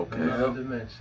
Okay